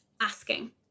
asking